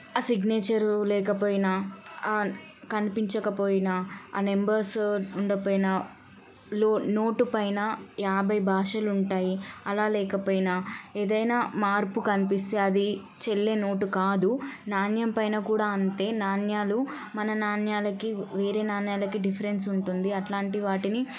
ఆ సిగ్నేచరు లేకపోయినా కనిపించకపోయినా ఆ నెంబర్సు ఉండకపోయినా లో నోటు పైన యాభై భాషలుంటాయి అలా లేకపోయినా ఏదైనా మార్పు కనిపిస్తే అది చెల్లే నోటు కాదు నాణ్యం పైన కూడా అంతే నాణ్యాలు మన నాణ్యాలకి వేరే నాణ్యాలకి డిఫరెన్స్ ఉంటుంది అట్లాంటి వాటిని